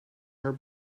her